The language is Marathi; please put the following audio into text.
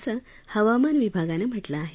असं हवामान विभागानं म्हटलं आहे